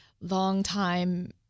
longtime